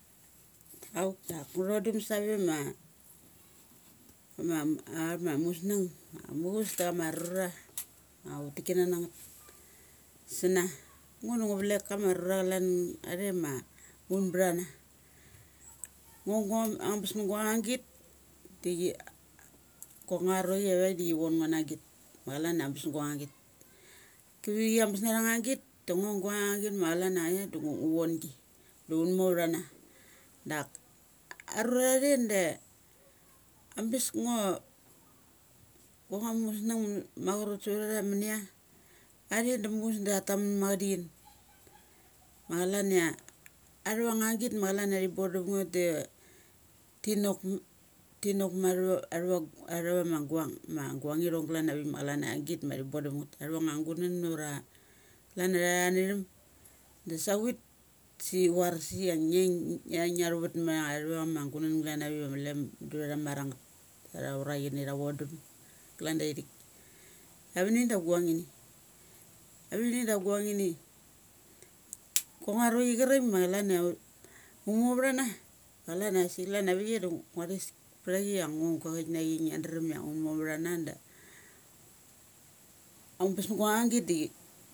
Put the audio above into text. Auk da ngu thodum save ma, ma, ama, amusnung ma mu chus da cha ma rura ma ut tik kana na ngeth sana. Ngo da ngu valek kama rura chalan athe ma un btha na ngo gang ambes na guang nga git di chi a kok guang nga ro chi avaik da chi von ngo dang git ma clana ambes na guang nga git. Ki vi chi ambes na tha nga git ma chalan ai do ngu vongi. Doun mo vtha na. Dak arura athere da ambes ngo, gua nga musnung ma cha rot savtha tha mania, athere da muchus da tha tammun ma cha di chin. Ma calan ia athava nga git ma thi bon dum ngeth da ti nok m, ti nok ma thuva ma guguang. Ma guang ithong galan avik ma clan agit ma thi bon dum ngeth. Athavang gunan ura clana tha thana thum da savit da thi varas ia ngiai ngia thuvet ma thava ma gunan glan avik ma le mundu tha matha ngeth ra ura tha vondum klan da ithik. Avinivk da aguang ini. Avani da agu ang ini guang nga roki cha raik ma chalan ia va umovtha na, ma calan a si chalan avichai du ngua thes ptha chi la ngo gaiki na chi ngia chram ia unmo vthana da aubes na guang nga git da.